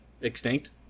extinct